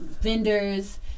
vendors